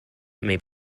may